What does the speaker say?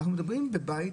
אנחנו מדברים בבית,